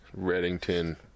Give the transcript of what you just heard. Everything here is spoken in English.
Reddington